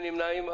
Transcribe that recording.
אין נמנעים.